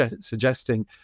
suggesting